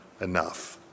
enough